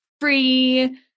free